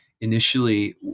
initially